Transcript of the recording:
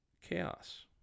Chaos